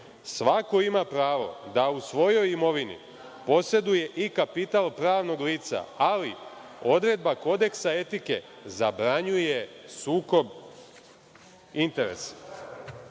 lice. Svako ima pravo da u svojoj imovini poseduje i kapital pravnog lica, ali odredba kodeksa etike zabranjuje sukob interesa.